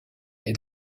est